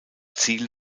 ziel